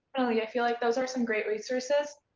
yeah i feel like those are some great resources.